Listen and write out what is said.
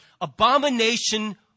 abomination